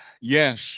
yes